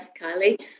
Kylie